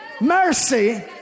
mercy